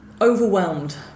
overwhelmed